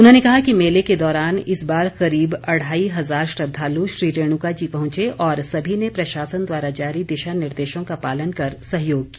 उन्होंने कहा कि मेले के दौरान इस बार करीब अढ़ाई हज़ार श्रद्धालु श्री रेणुका जी पहुंचे और सभी ने प्रशासन द्वारा जारी दिशा निर्देशों का पालन कर सहयोग किया